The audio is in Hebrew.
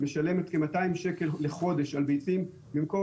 משלמת כ-200 שקל בחודש על ביצים במקום